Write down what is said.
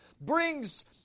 Brings